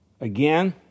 again